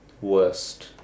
worst